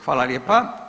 Hvala lijepa.